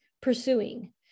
pursuing